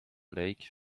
lake